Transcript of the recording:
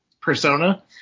Persona